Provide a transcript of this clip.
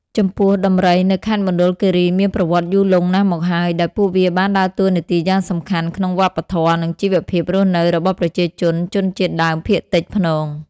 ចំពោះ ដំរីនៅខេត្តមណ្ឌលគិរីមានប្រវត្តិយូរលង់ណាស់មកហើយ ដោយពួកវាបានដើរតួនាទីយ៉ាងសំខាន់ក្នុងវប្បធម៌ និងជីវភាពរស់នៅរបស់ប្រជាជនជនជាតិដើមភាគតិចភ្នង។